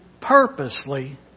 purposely